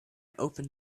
opened